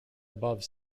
above